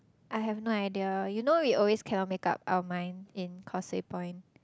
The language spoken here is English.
I have no idea you know we always cannot make up out mind in Causeway-Point